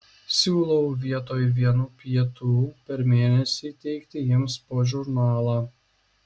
siūlau vietoj vienų pietų per mėnesį įteikti jiems po žurnalą